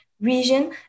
region